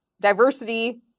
diversity